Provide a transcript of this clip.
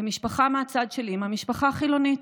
ומשפחה מהצד של אימא, משפחה חילונית.